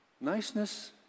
niceness